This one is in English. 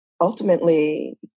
ultimately